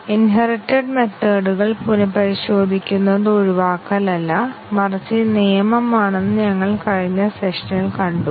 inherited മെത്തേഡ്കൾ പുനപരിശോധിക്കുന്നത് ഒഴിവാക്കലല്ല മറിച്ച് നിയമമാണെന്ന് ഞങ്ങൾ കഴിഞ്ഞ സെഷനിൽ കണ്ടു